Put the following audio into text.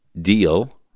deal